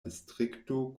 distrikto